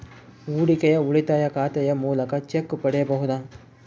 ಹೂಡಿಕೆಯ ಉಳಿತಾಯ ಖಾತೆಯ ಮೂಲಕ ಚೆಕ್ ಪಡೆಯಬಹುದಾ?